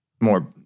more